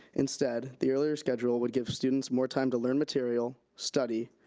instead, the earlier schedule would give students more time to learn material, study,